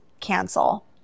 cancel